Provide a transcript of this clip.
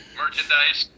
merchandise